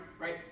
right